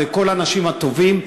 וכל האנשים הטובים,